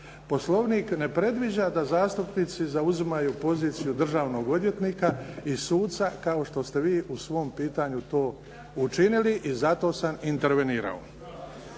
Poslovnik ne predviđa da zastupnici zauzimaju poziciju državnog odvjetnika i suca kao što ste vi u svom pitanju to učinili i zato sam intervenirao.